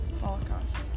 Holocaust